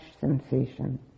sensation